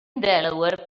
delaware